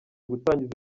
gutangiza